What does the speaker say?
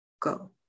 go